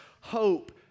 hope